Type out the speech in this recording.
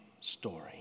story